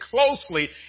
closely